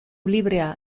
librea